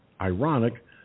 ironic